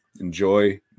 enjoy